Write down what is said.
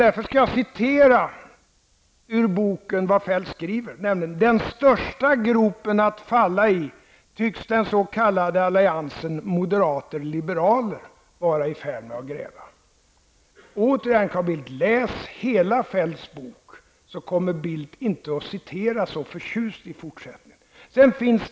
Därför skall jag citera ur boken vad Feldt skriver: Den största gropen att falla i tycks den s.k. alliansen moderater-liberaler vara i färd med att gräva. Återigen, Carl Bildt, läs hela Feldts bok, så kommer Bildt inte att citera så förtjust i fortsättningen.